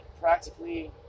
practically